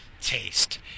taste